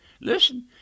Listen